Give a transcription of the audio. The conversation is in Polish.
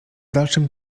dalszym